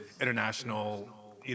international